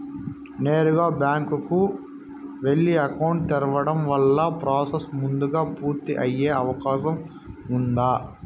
నేరుగా బ్యాంకు కు వెళ్లి అకౌంట్ తెరవడం వల్ల ప్రాసెస్ ముందుగా పూర్తి అయ్యే అవకాశం ఉందా?